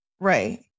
Right